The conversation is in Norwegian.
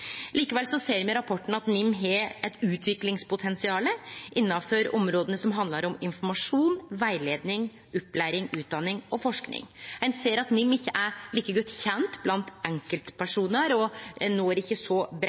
Likevel ser me i rapporten at NIM har eit utviklingspotensial innanfor områda som handlar om informasjon, rettleiing, opplæring, utdanning og forsking. Ein ser at NIM ikkje er like godt kjent blant enkeltpersonar, og at ein ikkje når så